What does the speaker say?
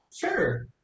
Sure